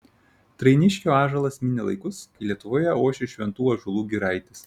trainiškio ąžuolas minė laikus kai lietuvoje ošė šventų ąžuolų giraitės